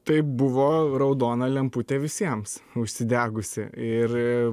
tai buvo raudona lemputė visiems užsidegusi ir